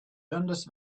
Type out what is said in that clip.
dundas